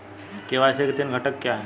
KYC के तीन घटक क्या हैं?